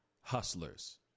Hustlers